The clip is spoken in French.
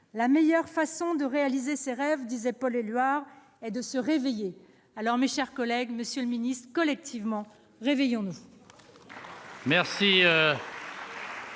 La meilleure façon de réaliser ses rêves, disait Paul Éluard, est de se réveiller. Alors, mes chers collègues, monsieur le ministre, collectivement, réveillons-nous